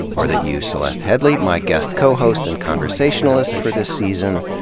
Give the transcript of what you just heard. or that you, celeste headlee, my guest co-host and conversationalist for this season,